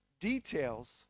details